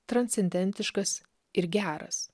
transcendentiškas ir geras